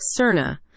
CERNA